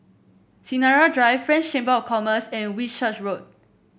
Sinaran Drive French Chamber of Commerce and Whitchurch Road